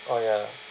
oh ya